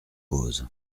cause